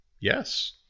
yes